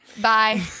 Bye